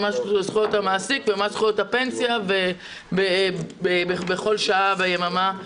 מה זכויות המעסיק ומה זכויות הפנסיה בכל שעה ביממה.